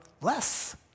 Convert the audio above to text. less